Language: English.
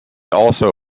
also